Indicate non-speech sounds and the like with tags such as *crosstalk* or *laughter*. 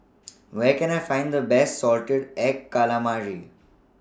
*noise* Where Can I Find The Best Salted Egg Calamari